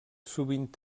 sovint